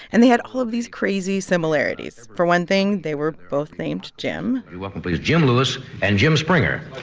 and they had all of these crazy similarities. for one thing, they were both named jim would you welcome, please, jim lewis and jim springer?